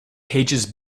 pages